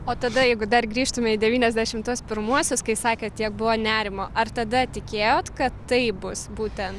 o tada jeigu dar grįžtume į devyniasdešim tuos pirmuosius kai sakėt tiek buvo nerimo ar tada tikėjot kad taip bus būten